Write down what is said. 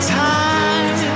time